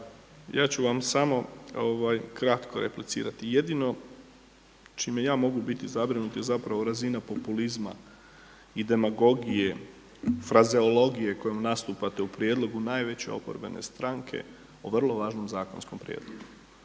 ja ću vam samo kratko replicirati. Jedino čime ja mogu biti zabrinut je zapravo razina populizma i demagogije, frazeologije kojom nastupate u prijedlogu najveće oporbene stranke o vrlo važnom zakonskom prijedlogu.